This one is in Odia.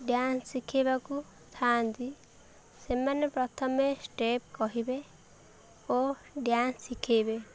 ଡ୍ୟାନ୍ସ ଶିଖେଇବାକୁ ଥାଆନ୍ତି ସେମାନେ ପ୍ରଥମେ ଷ୍ଟେପ୍ କହିବେ ଓ ଡ୍ୟାନ୍ସ ଶିଖେଇବେ